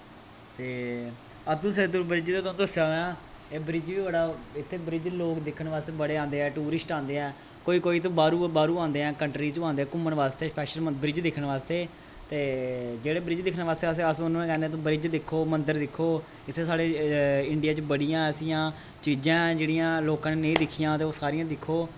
ते अतल सेतु दे बारे च में दसेआ में एह् ब्रिज बी बड़ा इत्थें ब्रिज लोक दिक्खन बास्तै बड़े आंदे ऐ टूरिस्ट आंदे ऐ कोई कोई तो बाह्रूं बाह्रूं आंदे ऐ कंट्री चू आंदे ऐ घूमन बास्तै स्पैशल ब्रिज दिक्खन बास्तै ते जेह्ड़े ब्रिज दिक्खन बास्तै अस औनू कैह्न्ने तुस ब्रिज दिक्खो मन्दर दिक्खो इत्थें साढ़े इंडिया च बड़ियां ऐसियां चीजां न जेह्ड़ियां लोकां ने नेईं दिक्खियां ते ओह् सारियां दिक्खो